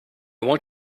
want